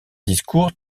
discours